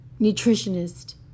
Nutritionist